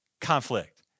conflict